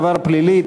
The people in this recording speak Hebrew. עבר פלילי),